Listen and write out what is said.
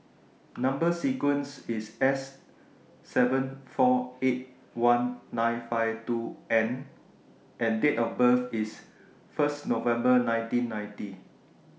Number sequence IS S seven four eight one nine five two N and Date of birth IS First November nineteen ninety